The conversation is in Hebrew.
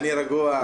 אני רגוע.